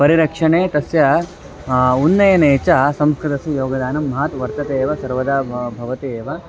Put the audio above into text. परिरक्षणे तस्य उन्नयने च संस्कृतस्य योगदानं महात् वर्तते एव सर्वदा भवति एव